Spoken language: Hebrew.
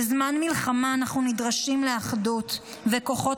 בזמן מלחמה אנחנו נדרשים לאחדות וכוחות